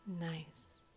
Nice